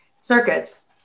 circuits